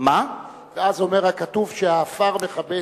ואז אומר הכתוב שהעפר מכבה את האש.